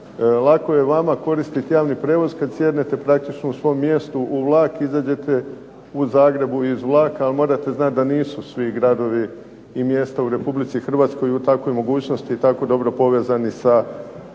Lako je vama koristiti javni prijevoz kad sjednete praktično u svom mjestu u vlak, izađete u Zagrebu iz vlaka. Ali morate znati da nisu svi gradovi i mjesta u Republici Hrvatskoj u takvoj mogućnosti i tako dobro povezani sa